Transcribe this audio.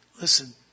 Listen